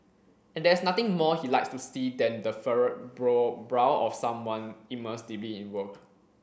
and there is nothing more he likes to see than the furrowed brow of someone immersed deeply in work